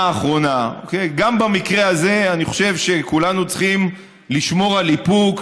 האחרונה: גם במקרה הזה אני חושב שכולנו צריכים לשמור על איפוק,